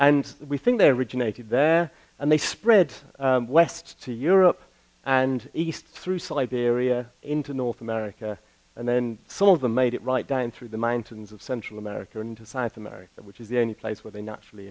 and we think they're regenerated there and they spread west to europe and east through siberia into north america and then some of them made it right down through the mountains of central america and to south america which is the only place where they naturally